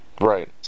right